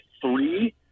three